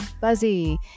Buzzy